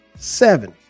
Seven